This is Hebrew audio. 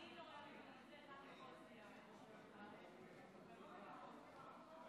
ביהודה ושומרון ומניעת ההסדרה של ההתיישבות הצעירה,